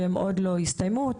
שעוד לא הסתיימו.